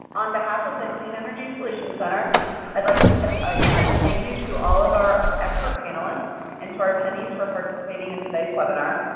on behalf of the clean energy solutions center i'd like to to extend a thank you to all of our expert panelists and to our attendees for participating in today's webinar.